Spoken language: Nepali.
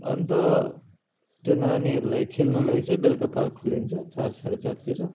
अन्त त्यो नानीहरूलाई खेल्नुलाई चाहिँ बेलुका पार्क खोलिन्छ चार साढे चारतिर